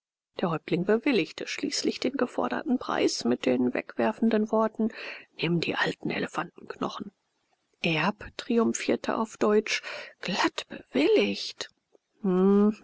der häuptling bewilligte schließlich den geforderten preis mit den wegwerfenden worten nimm die alten elefantenknochen erb triumphierte auf deutsch glatt bewilligt